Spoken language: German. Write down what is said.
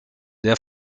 der